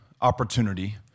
opportunity